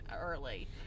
early